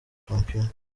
shampiyona